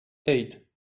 eight